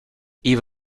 eve